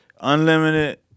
unlimited